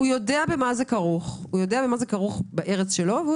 הוא יודע במה זה כרוך בארץ שלו והוא